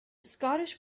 scottish